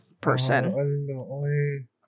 person